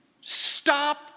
stop